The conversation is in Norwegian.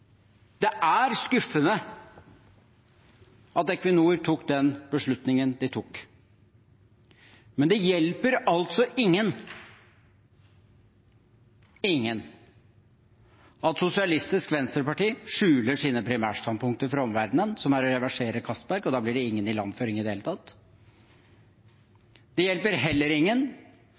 Det er skuffende at Equinor tok den beslutningen de tok. Men det hjelper altså ingen at Sosialistisk Venstreparti skjuler sine primærstandpunkter for omverdenen, som er å reversere Castberg, og da blir det ingen ilandføring i det hele tatt. Det hjelper heller ingen